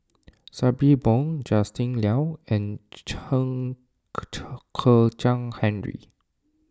Sabri Buang Justin Liao and Chen Kezhan Henri